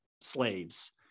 slaves